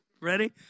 Ready